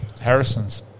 Harrison's